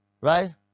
Right